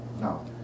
No